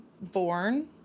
born